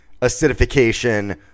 acidification